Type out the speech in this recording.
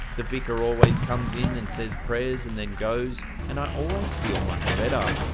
the vicar always comes in and says prayers and then goes, and i always feel much better.